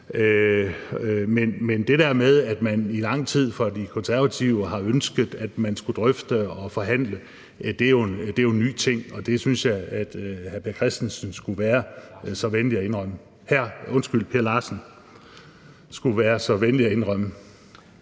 men det der med, at man i lang tid fra De Konservatives side har ønsket, at man skulle drøfte og forhandle, er jo en ny ting. Det synes jeg at hr. Per Larsen skulle være så venlig at indrømme. Kl. 22:21 Formanden (Henrik Dam